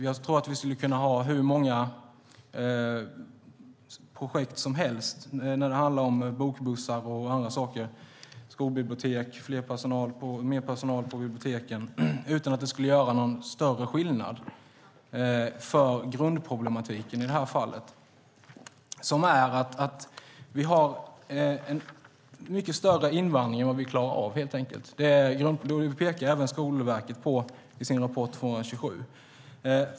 Jag tror att vi skulle kunna ha hur många projekt som helst - bokbussar och andra saker, skolbibliotek, mer personal på biblioteken - utan att det skulle göra någon större skillnad för grundproblematiken i det här fallet. Den är att vi har en mycket större invandring är vad vi klarar av. Det pekar även Skolverket på i sin rapport med nr 227.